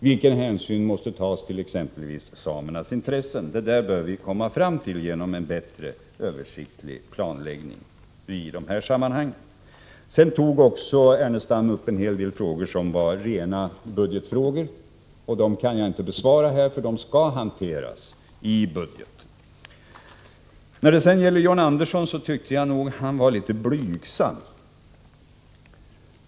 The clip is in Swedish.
Vilken hänsyn måste tas till exempelvis samernas intressen? Det bör vi komma fram till genom en bättre översiktlig planläggning. Ernestam tog också upp en hel del frågor som var rena budgetfrågor. Härvidlag kan jag inte lämna något svar nu, eftersom dessa frågor skall hanteras i budgeten. Jag tyckte nog att John Andersson var litet blygsam.